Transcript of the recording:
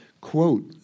quote